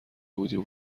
بودیم